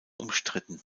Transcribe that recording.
umstritten